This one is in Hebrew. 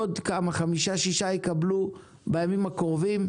עוד חמשה-ששה יקבלו בימים הקרובים,